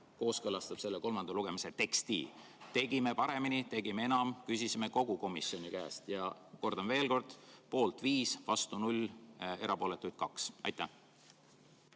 kooskõlastab selle kolmanda lugemise teksti. Tegime paremini, tegime enam, küsisime kogu komisjoni käest. Kordan veel kord: poolt 5, vastu 0, erapooletuid 2. Tarmo